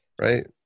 Right